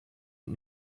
und